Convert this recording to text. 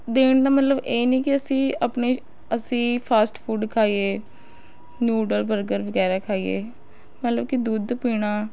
ਦੇਣ ਦਾ ਮਤਲਬ ਇਹ ਨਹੀਂ ਕਿ ਅਸੀਂ ਆਪਣੇ ਅਸੀਂ ਫਾਸਟ ਫੂਡ ਖਾਈਏ ਨਿਊਡਲ ਬਰਗਰ ਵਗੈਰਾ ਖਾਈਏ ਮਤਲਬ ਕਿ ਦੁੱਧ ਪੀਣਾ